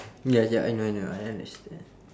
ya ya I know I know I understand